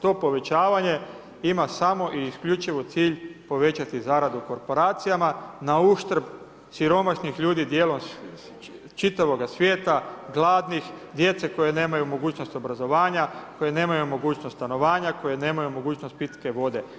To povećavanje ima samo i isključivo cilj povećati zaradu korporacijama na uštrb siromašnih ljudi dijelom čitavoga svijeta, gladnih, djece koja nemaju mogućnost obrazovanja, koji nemaju mogućnost stanovanja, koje nemaju mogućnost pitke vode.